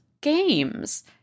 games